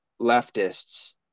leftists